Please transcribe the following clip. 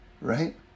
right